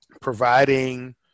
providing